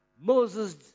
Moses